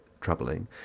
troubling